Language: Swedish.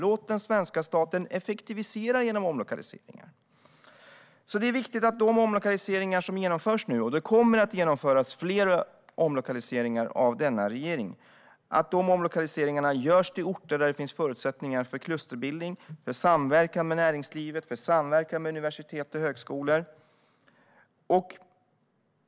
Låt den svenska staten effektivisera genom omlokaliseringar. Det är alltså viktigt att de omlokaliseringar som nu genomförs - och denna regering kommer att genomföra fler omlokaliseringar - görs till orter där det finns förutsättningar för klusterbildning, för samverkan med näringslivet och för samverkan med universitet och högskolor.